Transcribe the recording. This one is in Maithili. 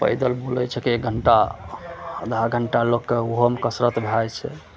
पैदल बुलै छै कि एक घंटा आधा घंटा लोकके ओहोमे कसरत भए जाइ छै